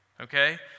okay